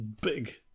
big